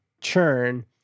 churn